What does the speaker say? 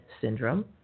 syndrome